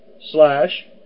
slash